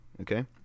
Okay